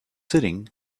sitting